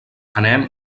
anem